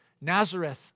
Nazareth